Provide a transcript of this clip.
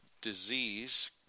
disease